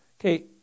okay